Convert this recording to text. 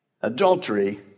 adultery